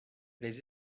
les